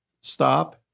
stop